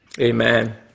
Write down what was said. Amen